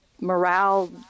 morale